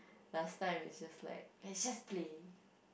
last time is just like I just play